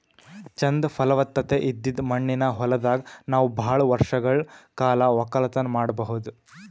ಚಂದ್ ಫಲವತ್ತತೆ ಇದ್ದಿದ್ ಮಣ್ಣಿನ ಹೊಲದಾಗ್ ನಾವ್ ಭಾಳ್ ವರ್ಷಗಳ್ ಕಾಲ ವಕ್ಕಲತನ್ ಮಾಡಬಹುದ್